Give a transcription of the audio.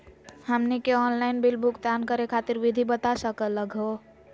हमनी के online bill भुगतान करे खातीर विधि बता सकलघ हो?